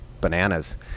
bananas